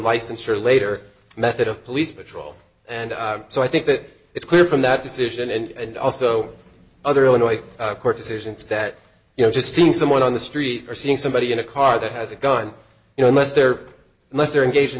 licensure later method of police patrol and so i think that it's clear from that decision and also other illinois court decisions that you know just seeing someone on the street or seeing somebody in a car that has a gun you know unless they're unless they're engaged in